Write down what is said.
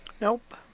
Nope